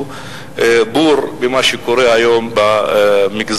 הוא בור במה שקורה היום במגזר,